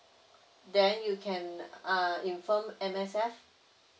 then you can uh inform M_S_F